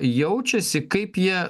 jaučiasi kaip jie